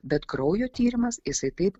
bet kraujo tyrimas jisai taip